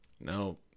No